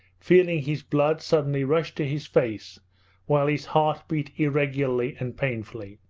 feeling his blood suddenly rush to his face while his heart beat irregularly and painfully.